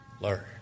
learn